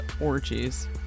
orgies